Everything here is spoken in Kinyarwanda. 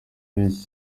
menshi